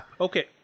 Okay